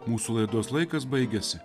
mūsų laidos laikas baigiasi